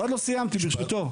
עוד לא סיימתי, ברשותו.